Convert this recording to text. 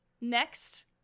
next